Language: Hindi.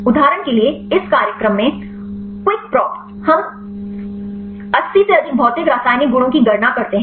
उदाहरण के लिए इस कार्यक्रम में Qikprop हम 80 से अधिक भौतिक रासायनिक गुणों की गणना करते हैं